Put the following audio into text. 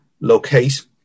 locate